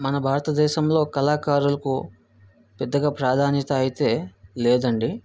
మన భారతదేశంలో కళాకారులకు పెద్దగా ప్రాధాన్యత అయితే లేదు అండి